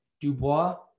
Dubois